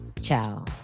Ciao